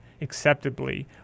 acceptably